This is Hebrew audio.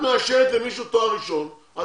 אבל אתם צריכים להנגיש את הקורסים האלה במהירות על